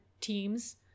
teams